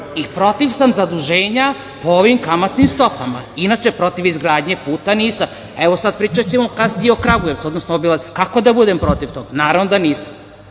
i protiv sam zaduženja po ovim kamatnim stopama. Inače, protiv izgradnje puta nisam. Pričaćemo kasnije o Kragujevcu, odnosno obilaznici, kako da bude protiv toga? Naravno da nisam.